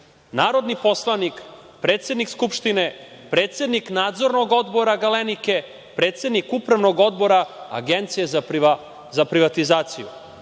Narodni poslanik, predsednik skupštine, predsednik Nadzornog odbora Galenike, predsednik Upravnog odbora Agencije za privatizaciju,